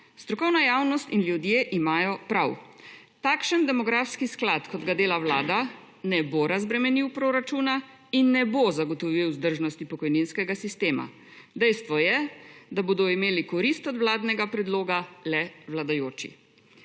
strokovna javnost in ljudje imajo prav, takšen demografski sklad kot ga dela Vlada, ne bo razbremenil proračuna in ne bo zagotovil vzdržnosti pokojninskega sistema. Dejstvo je, da bodo imeli korist od vladnega predloga le vladajoči.